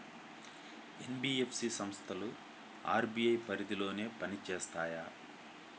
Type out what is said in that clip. NBFC సంస్థలు RBI పరిధిలోనే పని చేస్తాయా?